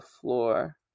floor